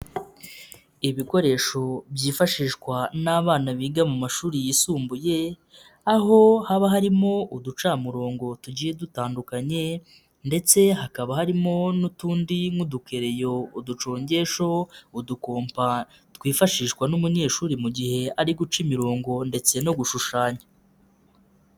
Ibikoresho byifashishwa n'abana biga mu mashuri yisumbuye, aho haba harimo uducamurongo tugiye dutandukanye ndetse hakaba harimo n'utundi nk'udukereyo, uducongesho, udukompa, twifashishwa n'umunyeshuri mu gihe ari guca imirongo ndetse no gushushanya.